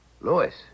Lewis